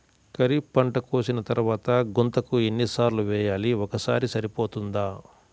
ఖరీఫ్ పంట కోసిన తరువాత గుంతక ఎన్ని సార్లు వేయాలి? ఒక్కసారి సరిపోతుందా?